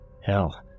Hell